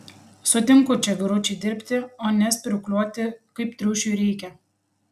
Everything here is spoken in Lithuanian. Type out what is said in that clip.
sutinku čia vyručiai dirbti o ne spyruokliuoti kaip triušiui reikia